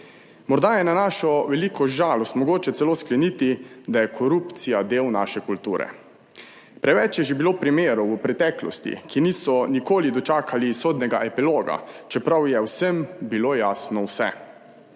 Morda je na našo veliko žalost mogoče celo skleniti, da je korupcija del naše kulture. Preveč je že bilo primerov v preteklosti, ki niso nikoli dočakali sodnega epiloga, čeprav je vsem bilo jasno vse.